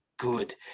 good